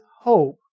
hope